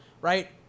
right